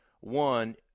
one